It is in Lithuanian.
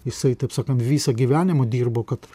jisai taip sakant visą gyvenimą dirbo kad